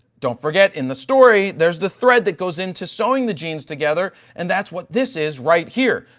don't forget in the story there is the thread that goes into sewing the jeans together and that's what this is right here.